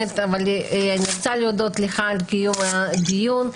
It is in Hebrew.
אבל אני רוצה להודות לך על קיום הדיון.